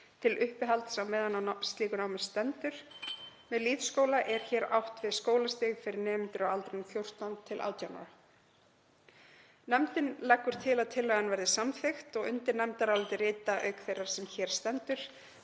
til uppihalds á meðan á slíku námi stendur. Með lýðskóla er hér átt við skólastig fyrir nemendur á aldrinum 14 til 18 ára. Nefndin leggur til að tillagan verði samþykkt. Undir nefndarálitið rita, auk þeirrar sem hér stendur,